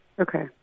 okay